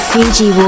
Fiji